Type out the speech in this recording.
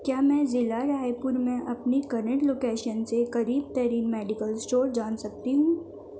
کیا میں ضلع رائے پورمیں اپنی کرنٹ لوکیشن سے قریب ترین میڈیکل اسٹور جان سکتی ہوں